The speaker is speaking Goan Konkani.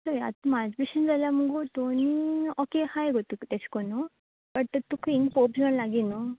चोय आतां म्हाजे बोशेन जाल्यार मुगो दोनी ओके आसाय गो तुका तेशकुनू बट तुका हिंगा पोप जॉन लागीं न्हू